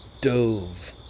dove